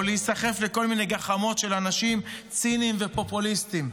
להיסחף לכל מיני גחמות של אנשים ציניים ופופוליסטיים.